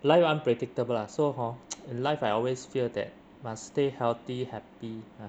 life unpredictable lah so hor in life I always feel that must stay healthy happy ah